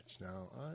Now